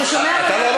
אתה שומע מה אתה אומר?